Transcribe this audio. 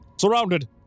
Surrounded